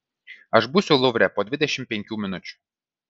aš būsiu luvre po dvidešimt penkių minučių